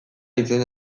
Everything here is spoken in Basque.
izena